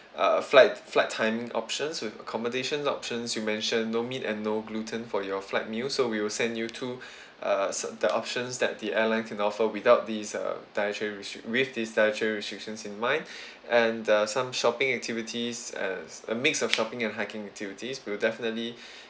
uh flight flight timing options with accommodations options you mentioned no meat and no gluten for your flight meals so we will send you two uh su~ the options that the airline can offer without these uh dietary restrict with these dietary restrictions in mind and the some shopping activities as a mix of shopping and hiking activities we'll definitely